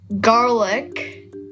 garlic